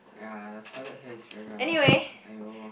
ya the toilet here is very rundown !aiyo!